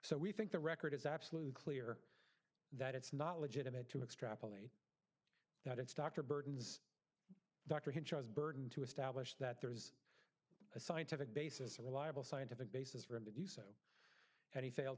so we think the record is absolutely clear that it's not legitimate to extrapolate that it's dr burton's doctor henchoz burden to establish that there is a scientific basis and reliable scientific basis for it and he failed